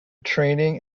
training